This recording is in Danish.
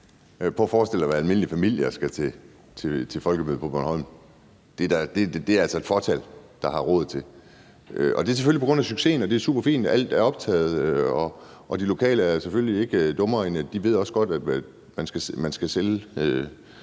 prøv at forestille dig at være en almindelig familie, der skal til Folkemødet på Bornholm. Det er altså et fåtal, der har råd til det, og det er selvfølgelig på grund af succesen, og det er superfint, og alt er optaget, og de lokale er selvfølgelig ikke dummere, end at de også godt ved, at man skal sælge